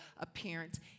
appearance